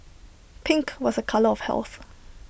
pink was A colour of health